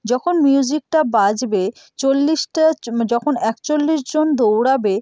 যখন মিউজিকটা বাজবে চল্লিশটা যখন একচল্লিশ জন দৌড়াবে